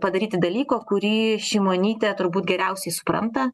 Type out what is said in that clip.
padaryti dalyko kurį šimonytė turbūt geriausiai supranta